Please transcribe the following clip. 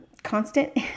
constant